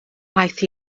aeth